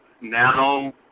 now